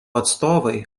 atstovai